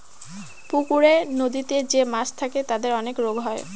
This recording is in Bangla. পুকুরে, নদীতে যে মাছ থাকে তাদের অনেক রোগ হয়